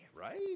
right